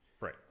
Right